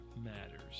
matters